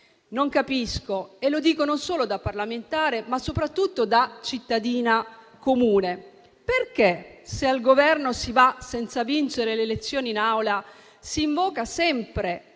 Non capisco, lo dico non solo da parlamentare, ma soprattutto da cittadina comune, perché se al Governo si va senza vincere le elezioni, in Aula si invoca sempre